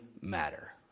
matter